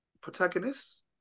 protagonists